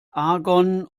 argon